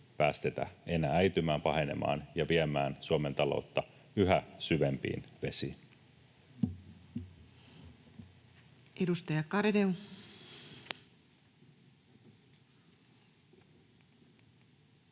päästetä enää äitymään, pahenemaan ja viemään Suomen taloutta yhä syvempiin vesiin. [Speech